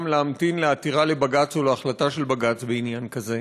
להמתין לעתירה לבג"ץ או להחלטה של בג"ץ בעניין כזה.